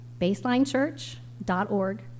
BaselineChurch.org